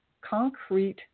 concrete